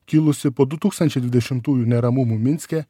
kilusi po du tūkstančiai dvidešimtųjų neramumų minske